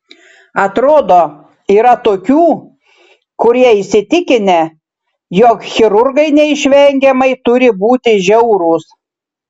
atrodo yra tokių kurie įsitikinę jog chirurgai neišvengiamai turi būti žiaurūs